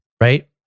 Right